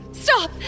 Stop